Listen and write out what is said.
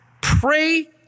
pray